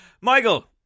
Michael